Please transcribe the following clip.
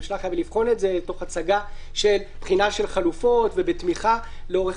הממשלה חייבת לבחון את זה תוך הצגה של בחינה של חלופות ובתמיכה לאורך